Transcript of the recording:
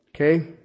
okay